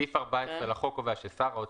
סעיף 14 לחוק קובע ששר האוצר,